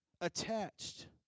attached